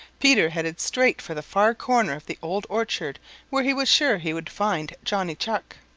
peter headed straight for the far corner of the old orchard where he was sure he would find johnny chuck.